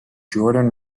jordan